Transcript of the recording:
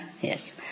Yes